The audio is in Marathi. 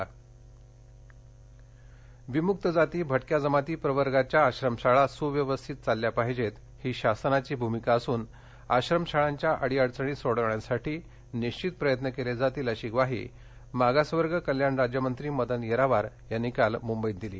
आश्रमशाळा विम्क्त जाती भटक्या जमाती प्रवर्गाच्या आश्रमशाळा सुव्यवस्थित चालल्या पाहिजेत ही शासनाची भूमिका असून आश्रमशाळांच्या अडीअडचणी सोडविण्यासाठी निश्वित प्रयत्न केले जातील अशी ग्वाही मागास वर्ग कल्याण राज्यमंत्री मदन येरावार यांनी काल मुंबईत दिली